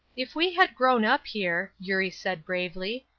if we had grown up here, eurie said, bravely,